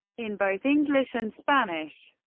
in both english and spanish.